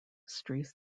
streets